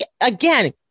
again